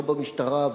לא במשטרה,